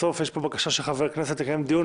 בסופו של דבר יש פה בקשה של חבר כנסת לקיים דיון.